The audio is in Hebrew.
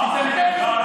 לא,